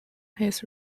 his